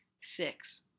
Six